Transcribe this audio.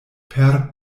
per